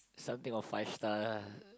something of five star